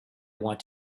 want